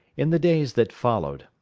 in the days that followed,